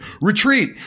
Retreat